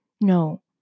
No